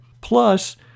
Plus